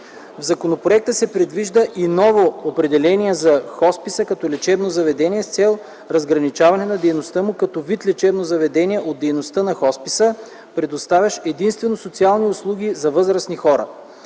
В законопроекта се предвижда и ново определение за хосписа като лечебно заведение с цел разграничаване на дейността му като вид лечебно заведение от дейността на хосписа, предоставящ единствено социални услуги за възрастни хора.